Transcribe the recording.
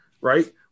right